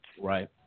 Right